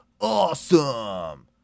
awesome